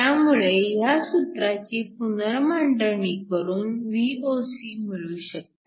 त्यामुळे ह्या सूत्राची पुनर्मांडणी करून Voc मिळू शकते